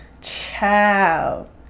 Ciao